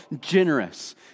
generous